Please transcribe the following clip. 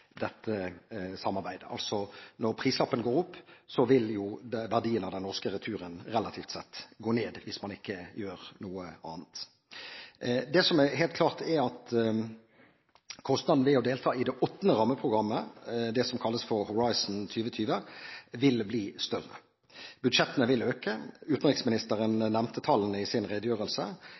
dette samarbeidet, altså: Når prislappen går opp, vil verdien av den norske returen relativt sett gå ned, hvis man ikke gjør noe annet. Det som er helt klart, er at kostnaden ved å delta i det 8. rammeprogrammet – det som kalles Horizon 2020 – vil bli større. Budsjettene vil øke. Utenriksministeren nevnte tallene i sin redegjørelse.